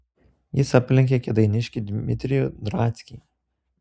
jis aplenkė kėdainiškį dimitrijų drackį